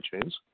chains